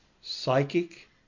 psychic